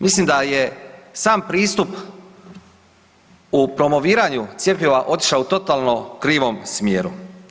Mislim da je sam pristup u promoviranju cjepiva otišao u totalno krivom smjeru.